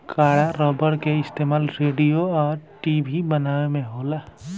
कड़ा रबड़ के इस्तमाल रेडिओ आ टी.वी बनावे में होला